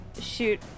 shoot